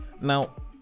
Now